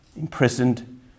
imprisoned